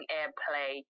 airplay